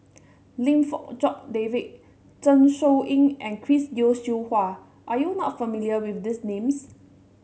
Lim Fong Jock David Zeng Shouyin and Chris Yeo Siew Hua are you not familiar with these names